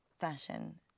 fashion